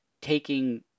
taking